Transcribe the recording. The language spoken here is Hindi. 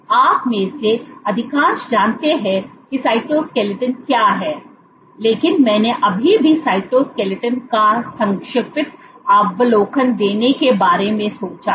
तो आप में से अधिकांश जानते हैं कि साइटोस्केलेटन क्या है लेकिन मैंने अभी भी साइटोस्केलेटन का संक्षिप्त अवलोकन देने के बारे में सोचा